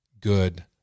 Good